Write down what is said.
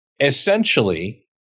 essentially